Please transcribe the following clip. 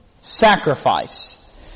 sacrifice